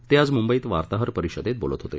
ते आज मुंबईत वार्ताहर परिषदेत बोलत होते